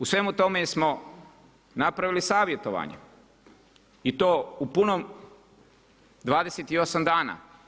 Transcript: U svemu tome smo napravili savjetovanje i to u punom, 28 dana.